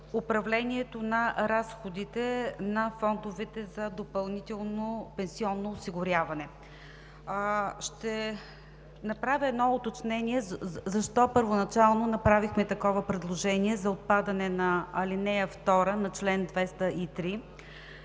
управлението на разходите на фондовете за допълнително пенсионно осигуряване. Ще направя едно уточнение защо първоначално направихме такова предложение за отпадане на ал. 2 на чл. 203.